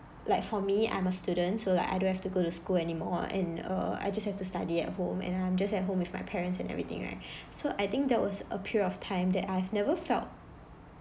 like for me I'm a student so like I don't have to go to school anymore and uh I just have to study at home and I'm just at home with my parents and everything right so I think that was a period of time that I've never felt